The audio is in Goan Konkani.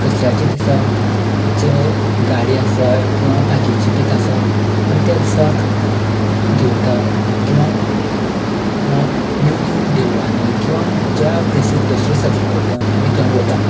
दसऱ्याच्या दिसा जे गाडी आसा किंवा बाकीचे किदें आसा आमी त्या दिसाक धुवता किंवा न्यू न्यू देवळांनी किंवा ज्या प्लेसीर दसरो साजरो करता आमी थंय वता